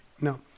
no